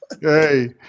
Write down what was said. Hey